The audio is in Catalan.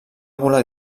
volar